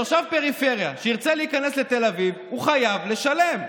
תושב פריפריה שירצה להיכנס לתל אביב חייב לשלם.